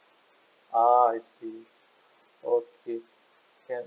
ah I see okay can